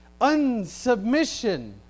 unsubmission